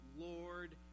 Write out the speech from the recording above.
Lord